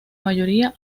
mayoría